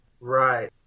Right